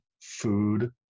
Food